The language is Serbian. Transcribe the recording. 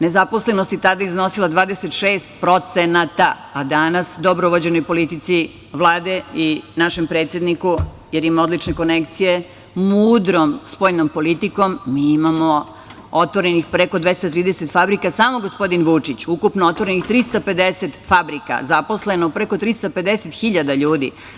Nezaposlenost je tada iznosila 26%, a danas, dobro vođenoj politici Vlade i našem predsedniku, jer ima odlične konekcije, mudrom spoljnom politikom, mi imamo otvorenih preko 230 fabrika, samo gospodin Vučić ukupno otvorenih 350 fabrika, zaposleno preko 350.000 ljudi.